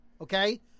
Okay